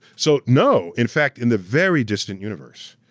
so no, in fact, in the very distant universe,